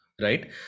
right